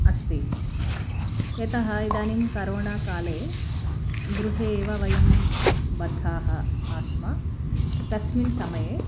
अस्ति यतः इदानीं करोणा काले गृहे एव वयं बद्धाः आस्म तस्मिन् समये